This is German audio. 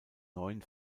neuen